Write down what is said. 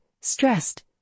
stressed